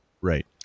Right